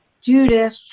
Judith